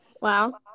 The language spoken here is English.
Wow